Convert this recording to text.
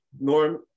Norm